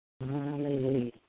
Hallelujah